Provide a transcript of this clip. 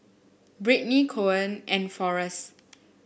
Britney Coen and Forest